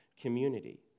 community